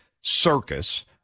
circus